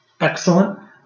Excellent